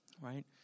right